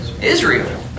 Israel